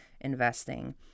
investing